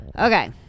Okay